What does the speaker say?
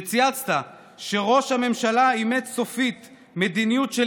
שצייצת שראש הממשלה אימץ סופית מדיניות של